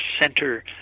center